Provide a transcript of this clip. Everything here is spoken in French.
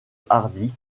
hardy